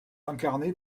incarné